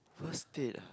first date ah